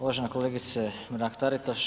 Uvažena kolegice Mrak Taritaš.